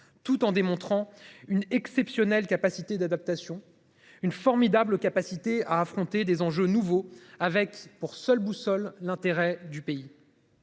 tout en démontrant une exceptionnelle capacité d'adaptation, une formidable capacité à affronter des enjeux nouveaux avec pour seule boussole. L'intérêt du pays.